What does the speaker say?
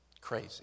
crazy